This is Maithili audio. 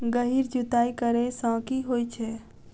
गहिर जुताई करैय सँ की होइ छै?